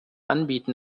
anbieten